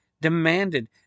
demanded